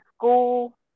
school